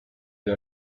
edo